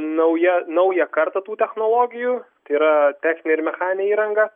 nauja naują kartą tų technologijų tai yra techninė ir mechaninė įranga